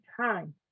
time